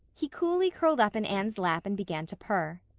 he coolly curled up in anne's lap and began to purr.